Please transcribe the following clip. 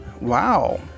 wow